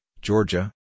Georgia